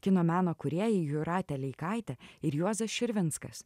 kino meno kūrėjai jūratė leikaitė ir juozas širvinskas